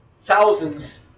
thousands